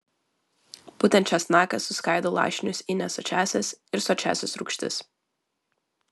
būtent česnakas suskaido lašinius į nesočiąsias ir sočiąsias rūgštis